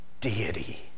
Deity